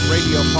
Radio